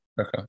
Okay